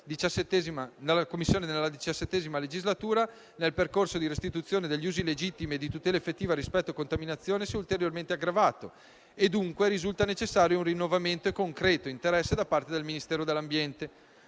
nella XVII legislatura nel percorso di restituzione ad usi legittimi e di tutela effettiva rispetto alla contaminazione si è ulteriormente aggravato e dunque risulta necessario un rinnovato e concreto interesse da parte del Ministero dell'ambiente